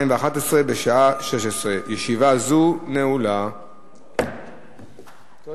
אני קובע שהצעת חוק זו התקבלה בקריאה ראשונה והיא תועבר לוועדת העבודה,